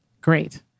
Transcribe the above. Great